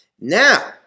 Now